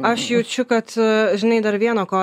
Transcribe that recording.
aš jaučiu kad žinai dar vieną ko